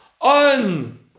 on